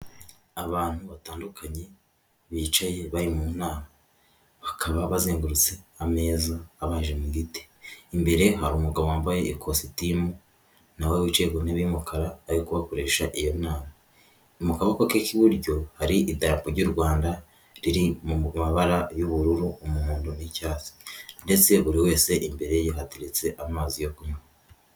Abantu batandukanye bicaye bari mu nama bakaba bazengurutse ameza abaje mu giti, imbere hari umugabo wambaye ikositimu na we wicaye ku ntebe y'umukara ari kubakoresha iyo nama, mu kaboko ke k'iburyo hari idarapo ry'u Rwanda riri mu mabara y'ubururu, umuhondo n'icyatsi ndetse buri wese imbere ye hategeretse amazi yo kunywa.